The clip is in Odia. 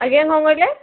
ଆଜ୍ଞା କ'ଣ କହିଲେ